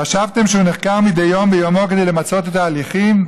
חשבתם שהוא נחקר מדי יום ביומו כדי למצות את ההליכים?